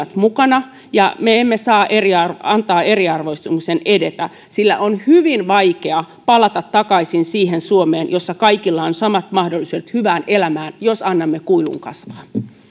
mukana ja me emme saa antaa eriarvoistumisen edetä sillä on hyvin vaikea palata takaisin siihen suomeen jossa kaikilla on samat mahdollisuudet hyvään elämään jos annamme kuilun kasvaa